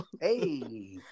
Hey